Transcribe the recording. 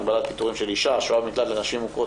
(הגבלת פיטורים של אישה השוהה במקלט לנשים מוכות),